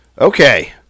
Okay